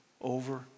over